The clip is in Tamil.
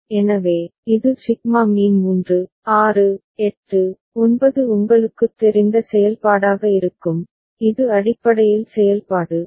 எனவே இது சிக்மா மீ 3 6 8 9 உங்களுக்குத் தெரிந்த செயல்பாடாக இருக்கும் இது அடிப்படையில் செயல்பாடு டி